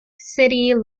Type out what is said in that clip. city